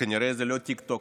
כנראה לא טיקטוק,